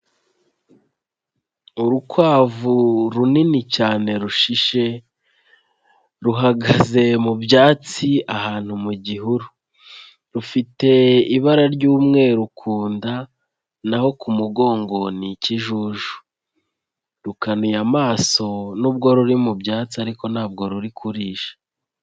Urukwavu runini cyane rushishe, ruhagaze mu byatsi ahantu mu gihuru, rufite ibara ry'umweru ku nda, naho ku mugongo ni ikijuju rukanuye amaso nubwo ruri mu byatsi ariko ntabwo ruri kurisha.